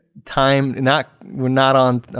time, not, we're not on,